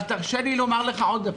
תרשה לי לומר לך עוד דבר.